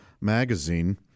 magazine